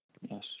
yes